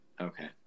Okay